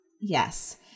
Yes